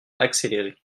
accéléré